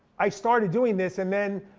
i started doing this and then,